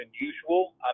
unusual